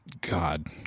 God